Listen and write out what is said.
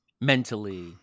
Mentally